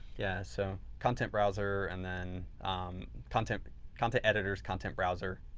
yeah. so, content browser and then um content content editors, content browser,